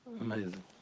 Amazing